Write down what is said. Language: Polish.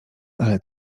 ale